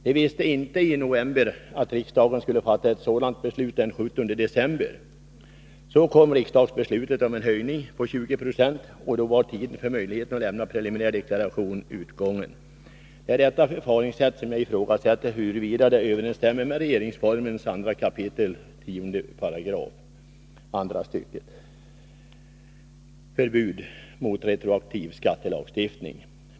De visste inte i november att riksdagen skulle fatta ett beslut den 17 december om uttaget av preliminär skatt. Så kom riksdagsbeslutet om en höjning på 20 26, och då var tiden för möjligheten att lämna preliminär deklaration utgången. Jag ifrågasätter huruvida detta förfaringssätt överensstämmer med regeringsformen 2 kap. 10 § andra stycket, förbud mot retroaktiv skattelagstiftning.